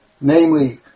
namely